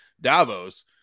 Davos